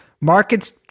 markets